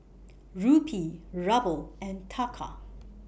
Rupee Ruble and Taka